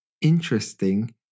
interesting